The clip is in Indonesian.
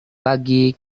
pagi